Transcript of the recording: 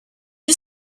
you